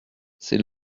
c’est